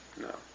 No